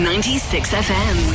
96fm